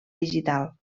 digital